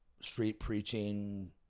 street-preaching